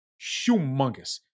humongous